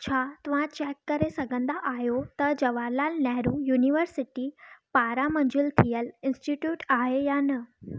छा तव्हां चेक करे सघंदा आहियो त जवाहरलाल नेहरू यूनिवर्सिटी पारां मंज़ूरु थियलु इन्स्टिट्यूट आहे या न